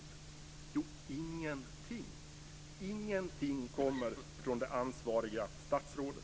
Jo, ingenting. Ingenting kommer från det ansvariga statsrådet.